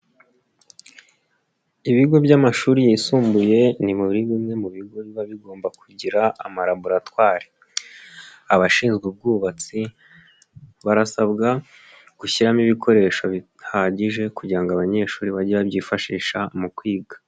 Ibigo by'amashuri yisumbuye ni muri bimwe mu bigu biba bigomba kugira ama laboratware. Abashinzwe ubwubatsi barasabwa gushyiramo ibikoresho bihagije, kugira ngo abanyeshuri bajye babyifashisha mu kwiga.